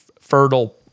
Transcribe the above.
fertile